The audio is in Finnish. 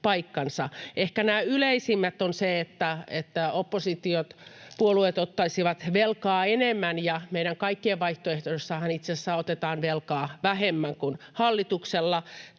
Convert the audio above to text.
Ehkä nämä yleisimmät ovat, että oppositiopuolueet ottaisivat velkaa enemmän, kun meidän kaikkien vaihtoehdoissahan itse asiassa otetaan velkaa vähemmän kuin hallituksella.